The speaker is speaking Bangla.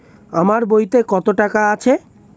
আমার বইতে কত টাকা আছে?